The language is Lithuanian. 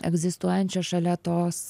egzistuojančią šalia tos